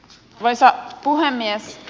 arvoisa puhemies